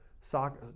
soccer